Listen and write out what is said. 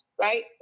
Right